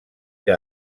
que